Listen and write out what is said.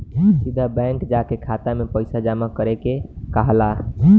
सीधा बैंक जाके खाता में पइसा जामा करे के कहाला